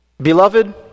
Beloved